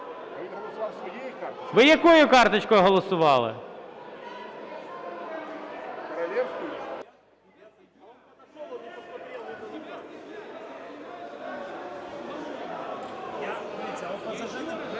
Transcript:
Ви якою карточкою голосували?